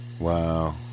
Wow